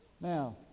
Now